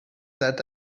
that